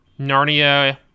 Narnia